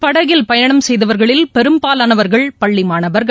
படகில் பயணம் செய்தவர்களில் பெரும்பாலானவர்கள் பள்ளிமாணவர்கள்